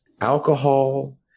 alcohol